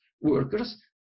workers